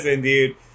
dude